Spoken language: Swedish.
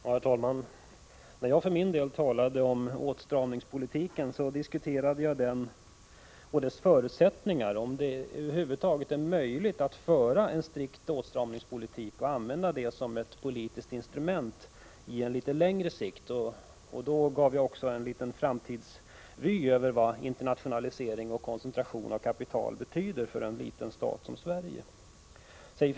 Herr talman! När jag för min del talade om åtstramningspolitiken diskuterade jag den och dess förutsättningar — om det över huvud taget är möjligt att föra en strikt åtstramningspolitik och använda den som ett politiskt instrument i ett litet längre perspektiv. Då gav jag också en liten framtidsvy över vad internationalisering och koncentration av kapital betyder för en liten stat som Sverige.